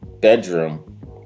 bedroom